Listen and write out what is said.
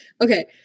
Okay